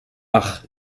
ach